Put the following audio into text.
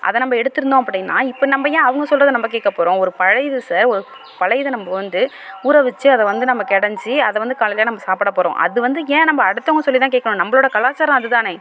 அதை நம்ம எடுத்துருந்தோம் அப்படினா இப்போ நம்ம ஏன் அவங்க சொல்கிறத நம்ம கேட்க போகிறோம் ஒரு பழைய ஒரு பழையதை நம்ம வந்து ஊற வச்சு அதை நம்ம வந்து கடைஞ்சி அதை வந்து காலையில் நம்ம சாப்பிட போகிறோம் அது வந்து ஏன் நம்ம அடுத்தவங்க சொல்லிதான் கேட்கணும் நம்மளோட கலாச்சாரம் அதுதானே